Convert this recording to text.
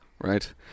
right